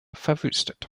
verwüstet